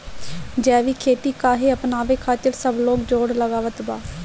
जैविक खेती काहे अपनावे खातिर सब लोग जोड़ लगावत बा?